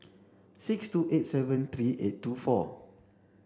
six two eight seven three eight two four